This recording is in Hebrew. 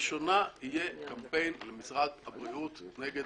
לראשונה יהיה קמפיין של משרד הבריאות נגד